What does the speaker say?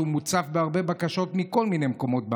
שמוצף בהרבה בקשות מכל מיני מקומות בארץ,